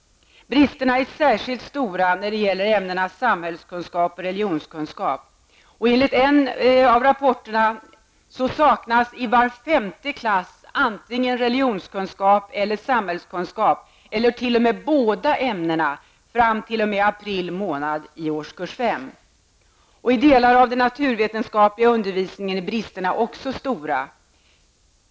Bristerna är särskilt stora när det gäller ämnena samhällskunskap och religionskunskap. Enligt rapporterna saknas i var femte klass antingen religionskunskap eller samhällskunskap eller t.o.m. båda ämnena fram t.o.m. april månad i årskurs 5. I delar av den naturvetenskapliga undervisningen är bristerna också stora.